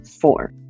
Four